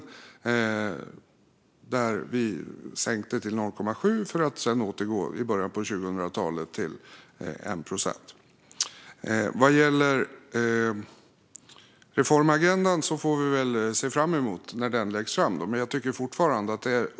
Under den krisen sänkte vi nivån till 0,7 procent, för att i början av 2000-talet återgå till 1 procent. Vad gäller reformagendan får vi väl se fram emot att den läggs fram.